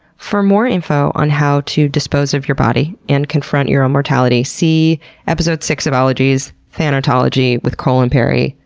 for more info on how to dispose of your body and confront your own mortality, see episode six of ologies thanatology with cole imperi.